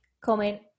comment